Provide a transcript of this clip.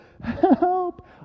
Help